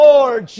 Lord